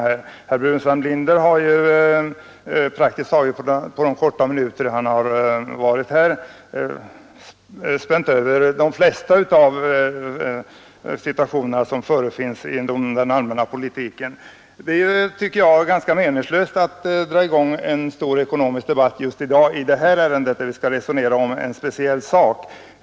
Herr Burenstam Linder har på de få minuter han varit uppe berört nästan alla avsnitt inom den allmänna politiken. Det är ganska meningslöst att dra i gång en stor ekonomisk debatt i just detta ärende, som gäller en speciell fråga.